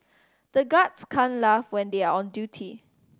the guards can't laugh when they are on duty